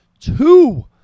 two